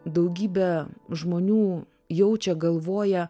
daugybė žmonių jaučia galvoja